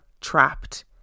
trapped